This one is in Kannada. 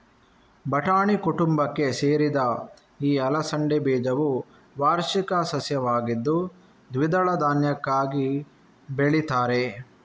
ಬಟಾಣಿ ಕುಟುಂಬಕ್ಕೆ ಸೇರಿದ ಈ ಅಲಸಂಡೆ ಬೀಜವು ವಾರ್ಷಿಕ ಸಸ್ಯವಾಗಿದ್ದು ದ್ವಿದಳ ಧಾನ್ಯಕ್ಕಾಗಿ ಬೆಳೀತಾರೆ